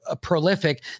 prolific